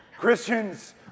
Christians